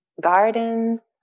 gardens